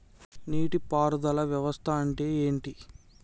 నీటి పారుదల వ్యవస్థ అంటే ఏంటి?